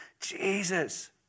Jesus